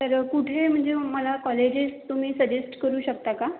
तर कुठे म्हणजे मला कॉलेजेस तुम्ही सजेस्ट करू शकता का